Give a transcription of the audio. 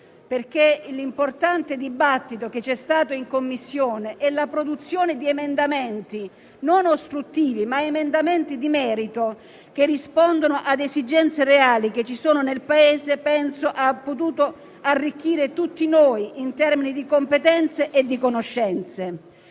che l'importante dibattito che c'è stato in Commissione e la produzione di emendamenti non ostruzionistici, ma di merito e rispondenti a esigenze reali che si avvertono nel Paese, abbiamo potuto arricchire tutti noi in termini di competenze e di conoscenze.